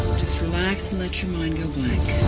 just relax, and let your mind go blank.